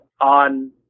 on